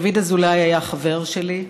דוד אזולאי היה חבר שלי,